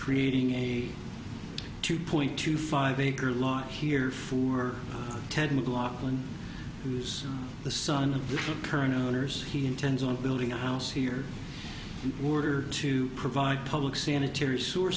creating a two point two five acre lot here for ted mclaughlin who's the son of different current owners he intends on building a house here in order to provide public sanitary sewer